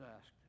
asked